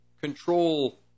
control